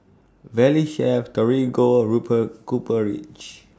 Valley Chef Torigo Rupert Copper Ridge